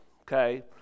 okay